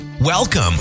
Welcome